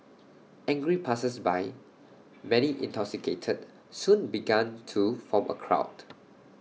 angry passersby many intoxicated soon began to form A crowd